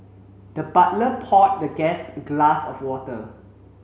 the butler poured the guest a glass of water